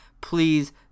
please